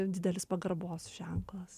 didelis pagarbos ženklas